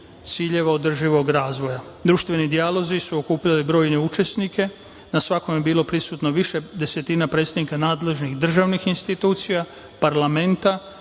ciljeva održivog razvoja. Društveni dijalozi su okupljali brojne učesnike. Na svakom je bilo prisutno više desetina predstavnika nadležnih državnih institucija, parlamenta,